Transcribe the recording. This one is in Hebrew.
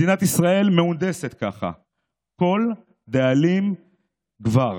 מדינת ישראל מהונדסת ככה: כל דאלים גבר.